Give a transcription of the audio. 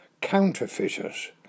counterfeiters